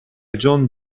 john